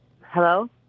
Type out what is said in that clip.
Hello